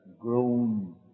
grown